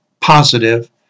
positive